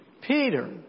Peter